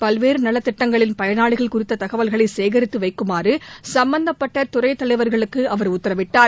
பல்வேறு நலத்திட்டங்களின் பயனாளிகள் குறித்த தகவல்களை சேகரித்து வைக்குமாறு சும்பந்தப்பட்ட துறைத்தலைவர்களுக்கு அவர் உத்தரவிட்டார்